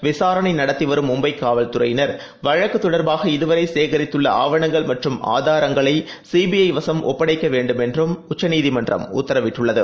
விசாரணைநடத்திவரும் சிங் மும்பைகாவல்துறையினர் சுஷாந்த் மரணம் தொடர்பாக வழக்குதொடர்பாக இதுவரைசேகரித்துள்ள ஆவணங்கள் மற்றும் ஆதாரங்களைசிபிறவசம் ஒப்படைக்கவேண்டும் என்றும் உச்சநீதிமன்றம் உத்தரவிட்டுள்ளது